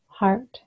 heart